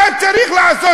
מה צריך לעשות?